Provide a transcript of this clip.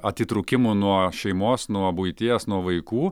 atitrūkimų nuo šeimos nuo buities nuo vaikų